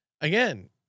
again